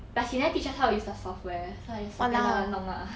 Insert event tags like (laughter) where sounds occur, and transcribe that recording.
plus she never teach us how to use the software so I just 随便乱乱弄 lah (breath)